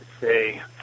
say